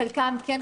חלקם כן,